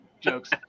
jokes